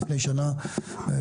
לפני כשנה בדיוק,